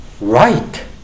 right